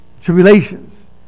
tribulations